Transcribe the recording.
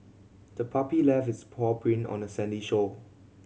the puppy left its paw print on the sandy shore